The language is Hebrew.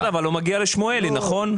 בסדר, אבל הוא מגיע לשמואלי, נכון?